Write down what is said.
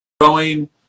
growing